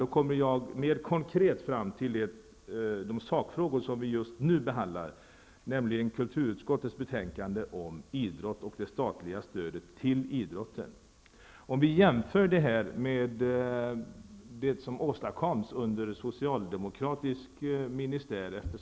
Jag kommer nu mer konkret fram till de sakfrågor som vi just nu behandlar, nämligen kulturutskottets betänkande om idrott och det statliga stödet till idrotten. Föregående talare, Anders Nilsson, var inne på vad som åstadkoms under socialdemokratisk ministär.